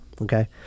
okay